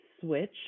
switch